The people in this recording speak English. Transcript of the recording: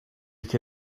could